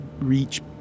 reach